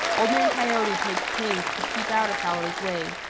old man coyote takes pains to keep out of howler's way,